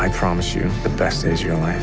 i promise you the best is your life